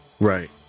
Right